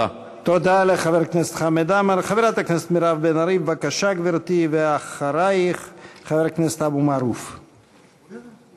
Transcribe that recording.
הוא יכול להרוויח צעירים מוכשרים מאוד,